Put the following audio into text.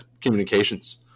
communications